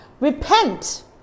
Repent